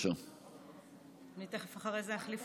אני קובע שהודעת